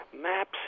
Maps